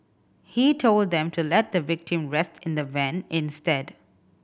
he told them to let the victim rest in the van instead